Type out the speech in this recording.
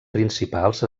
principals